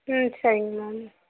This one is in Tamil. ம் சரிங்க மேம்